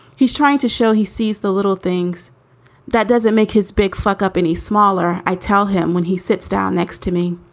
he's trying to show he sees the little things that doesn't make his big suck up any smaller. i tell him when he sits down next to me,